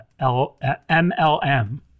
MLM